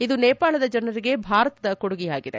ಇದು ನೇಪಾಳದ ಜನರಿಗೆ ಭಾರತದ ಕೊಡುಗೆಯಾಗಿದೆ